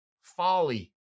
folly